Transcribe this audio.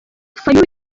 fayulu